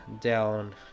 down